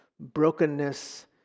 brokenness